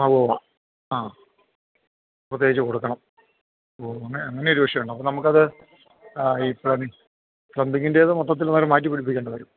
ആ ഉവ്വ ഉവ്വ ആ ആ പ്രത്യേകിച്ച് കൊടുക്കണം ഓ അങ്ങനെ അങ്ങനെ ഒരു വിഷയമുണ്ട് അപ്പം നമുക്ക് അത് ഈ പ്ലമി പ്ലമ്പിങ്ങിന്റെത് മൊത്തത്തിൽ അന്നേരം മാറ്റി പിടിപ്പിക്കേണ്ടി വരും